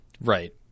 Right